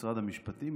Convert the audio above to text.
משרד המשפטים,